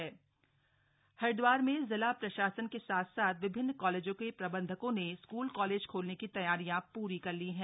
college Haridwar Haridwar में जिला प्रशासन के साथ साथ विभिन्न कॉलेजों के प्रबंधकों ने स्कूल कॉलेज खोलने की तैयारियां पूरी कर ली है